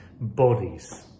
bodies